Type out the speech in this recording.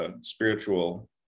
spiritual